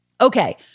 Okay